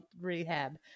rehab